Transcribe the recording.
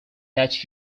that